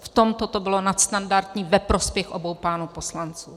V tomto to bylo nadstandardní ve prospěch obou pánů poslanců.